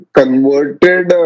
converted